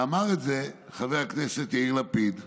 ואמר את זה חבר הכנסת יאיר לפיד בריאיון.